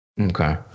Okay